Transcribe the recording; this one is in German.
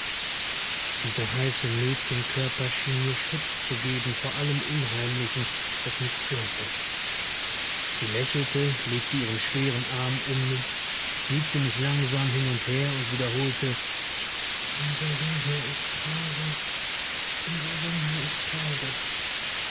dieser heiße mädchenkörper schien mir schutz zu geben vor allem unheimlichen das mich quälte sie lächelte legte ihren schweren arm um mich wiegte mich langsam hin und her und wiederholte unser jungherr is traurig unser jungherr is traurig